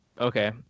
Okay